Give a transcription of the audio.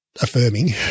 affirming